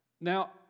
Now